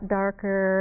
darker